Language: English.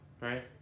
right